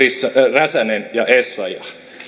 räsänen ja essayah